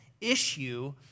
issue